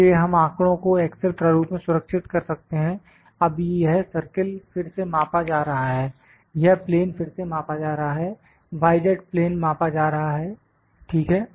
इसलिए हम आंकड़ों को एक्सेल प्रारूप में सुरक्षित कर सकते हैं अब यह सर्किल फिर से मापा जा रहा है यह प्लेन फिर से मापा जा रहा है y z प्लेन मापा जा रहा है ठीक है